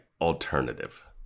alternative